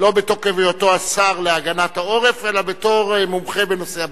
לא בתוקף היותו השר להגנת העורף אלא בתור מומחה בנושא הביטחון.